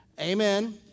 Amen